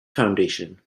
foundation